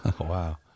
Wow